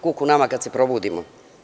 Kuku nama kad se probudimo.